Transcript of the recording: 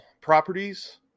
properties